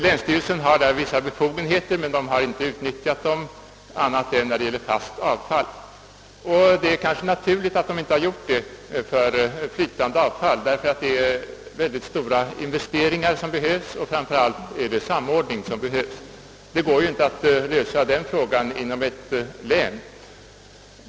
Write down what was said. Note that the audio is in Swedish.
Länsstyrelserna har vis sa befogenheter, som dock icke utnyttjats annat än då det gällt fast avfall. Det är kanske naturligt att så icke skett beträffande flytande avfall. Därvidlag krävs nämligen mycket stora investeringar och framför allt samordning. Det går naturligtvis inte att lösa den frågan inom ett län.